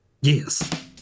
Yes